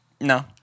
no